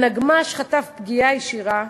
הנגמ"ש חטף פגיעה ישירה.